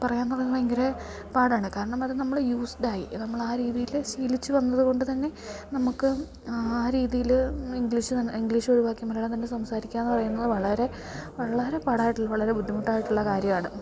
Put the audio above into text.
പറയാന്നൊള്ളത് ഭയങ്കര പാടാണ് കാരണം അത് നമ്മൾ യൂസ്ഡായി നമ്മൾ ആ രീതിയിൽ ശീലിച്ച് വന്നത് കൊണ്ട് തന്നെ നമ്മക്ക് ആ രീതിയിൽ ഇങ്ക്ലീഷ് ഇങ്ക്ലീഷൊഴിവാക്കി മലയാളം തന്നെ സംസാരിക്കാം എന്ന് പറയുന്നത് വളരെ വളരെ പാടായിട്ടുള്ള വളരെ ബുദ്ധിമുട്ടായിട്ടുള്ള കാര്യമാണ്